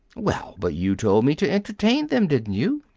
well, but you told me to entertain them, didn't you?